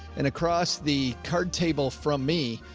and across the card table from me.